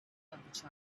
tribes